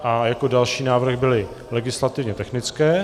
A jako další návrh byly legislativně technické.